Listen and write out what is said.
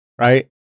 right